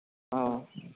ᱦᱮᱸ